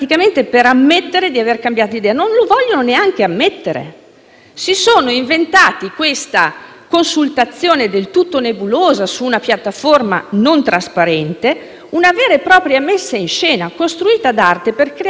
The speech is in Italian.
consultazione del tutto nebulosa su una piattaforma non trasparente, una vera e propria messa in scena costruita ad arte per creare un capro espiatorio a cui attribuire la responsabilità di essere dei voltagabbana;